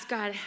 God